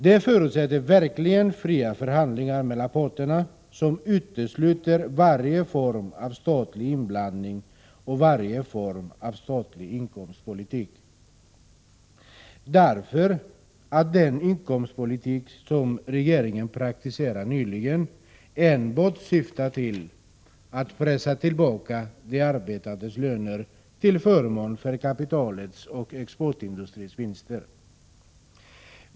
Det förutsätter verkliga, fria förhandlingar mellan parterna, vilket utesluter varje form av statlig inblandning och varje form av statlig inkomstpolitik — den inkomstpolitik som regeringen nyligen praktiserade syftade enbart till att pressa tillbaka de arbetandes löner till förmån för kapitalets och exportindustrins vinster.